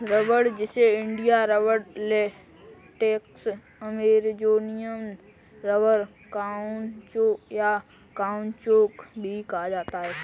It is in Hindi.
रबड़, जिसे India rubber, latex, Amazonian rubber, caucho, या काउचौक भी कहा जाता है